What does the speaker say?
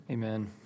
Amen